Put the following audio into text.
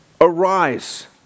Arise